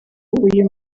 uyu